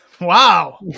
Wow